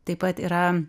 taip pat yra